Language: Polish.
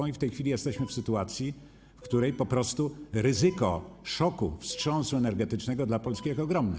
I w tej chwili jesteśmy w sytuacji, w której ryzyko szoku, wstrząsu energetycznego dla Polski jest ogromne.